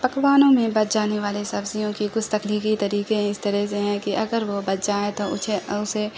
پکوانوں میں بچ جانے والے سبزیوں کی کچھ تکنیکی طریقے ہیں اس طرح سے ہیں کہ اگر وہ بچ جائیں تو اسے